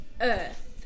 Earth